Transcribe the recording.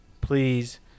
Please